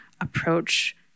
approach